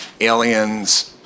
aliens